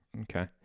Okay